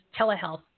telehealth